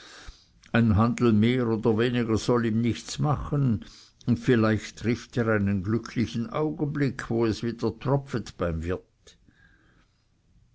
ein handel mehr oder weniger soll ihm nichts machen und vielleicht trifft er einen glücklichen augenblick wo es wieder tropfet beim wirt